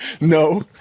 No